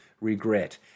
regret